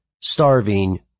starving